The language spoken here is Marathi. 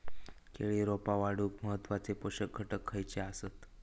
केळी रोपा वाढूक महत्वाचे पोषक घटक खयचे आसत?